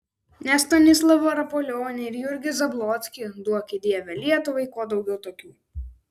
ne stanislovą rapolionį ir jurgį zablockį duoki dieve lietuvai kuo daugiau tokių